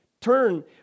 Turn